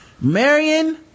Marion